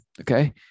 okay